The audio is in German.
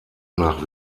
nach